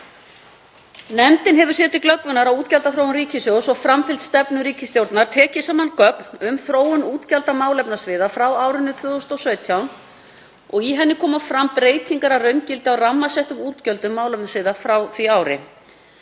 Nefndin hefur sér til glöggvunar á útgjaldaþróun ríkissjóðs og framfylgd stefnu ríkisstjórnar tekið saman gögn um þróun útgjalda málefnasviða frá árinu 2017 og í þeim koma fram breytingar að raungildi á rammasettum útgjöldum málefnasviða frá því ári.